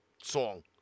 song